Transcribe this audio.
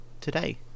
today